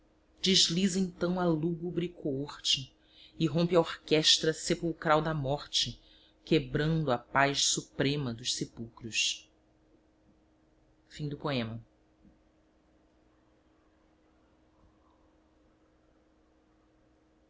desliza então a lúgubre cooorte e rompe a orquestra sepulcral da morte quebrando a paz suprema dos sepulcros os